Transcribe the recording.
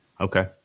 okay